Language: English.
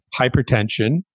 hypertension